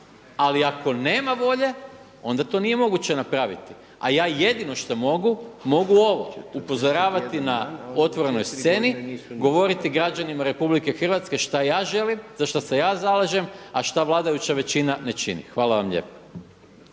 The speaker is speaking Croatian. Ali ako nema volje onda to nije moguće napraviti, a ja jedino što mogu, mogu ovo upozoravati na otvorenoj sceni, govoriti građanima Republike Hrvatske šta ja želim, za šta se ja zalažem, a šta vladajuća većina ne čini. Hvala vam lijepa.